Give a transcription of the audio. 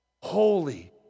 Holy